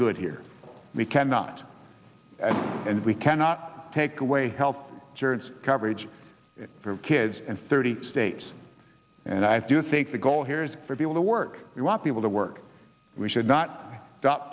good here we cannot and we cannot take away health insurance coverage for kids and thirty states and i do think the goal here is for people to work we want people to work we should not